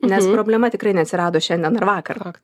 nes problema tikrai neatsirado šiandien ar vakar